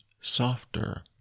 softer